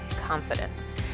confidence